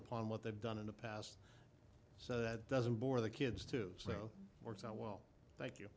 upon what they've done in the past so that doesn't bore the kids too slow or it's not well thank you